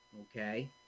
okay